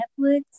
Netflix